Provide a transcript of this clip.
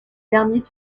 derniers